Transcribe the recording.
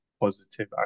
positive